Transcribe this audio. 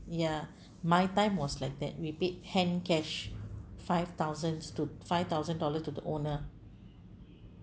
ya my time was like that rebate hand cash five thousands to five thousand dollar to the owner